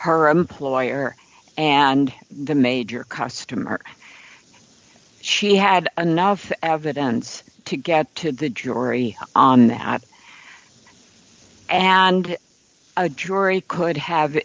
her employer and the major customer she had enough evidence to get to the jury on that and a jury could have